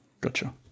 Gotcha